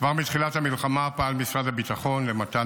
כבר מתחילת המלחמה פעל משרד הביטחון למתן